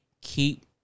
keep